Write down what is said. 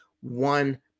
one